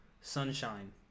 Sunshine